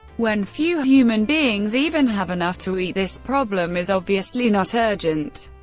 when few human beings even have enough to eat, this problem is obviously not urgent,